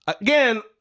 Again